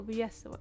Yes